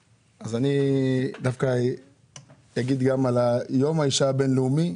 יום האישה הבין-לאומי.